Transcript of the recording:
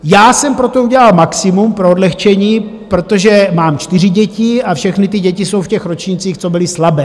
Já jsem pro to udělal maximum, pro odlehčení, protože mám čtyři děti a všechny ty děti jsou v těch ročnících, co byly slabé.